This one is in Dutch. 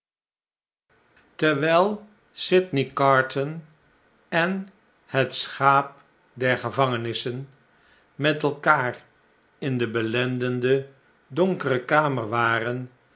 terwyl sydney carton en het schaap der gevangenissen met elkaar in de belendende donkere kamer waren